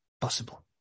possible